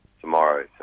tomorrow